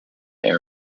air